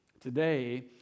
Today